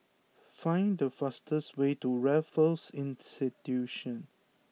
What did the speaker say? find the fastest way to Raffles Institution